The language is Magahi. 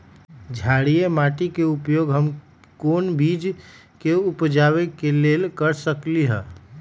क्षारिये माटी के उपयोग हम कोन बीज के उपजाबे के लेल कर सकली ह?